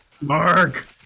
Mark